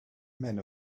men